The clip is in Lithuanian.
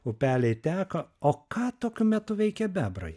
upeliai teka o ką tokiu metu veikia bebrai